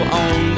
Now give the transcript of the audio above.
on